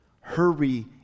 Hurry